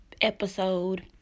episode